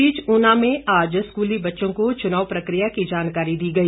इस बीच ऊना में आज स्कूली बच्चों को चुनाव प्रक्रिया की जानकारी दी गई